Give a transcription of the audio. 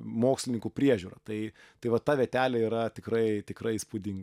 mokslininkų priežiūra tai tai va ta vietelė yra tikrai tikrai įspūdinga